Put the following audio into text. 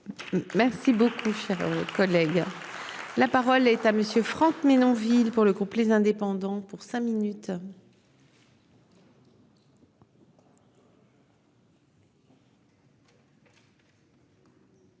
Merci beaucoup, cher collègue. La parole est à monsieur Franck Menonville pour le groupe les indépendants pour cinq minutes.